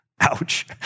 Ouch